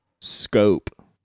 scope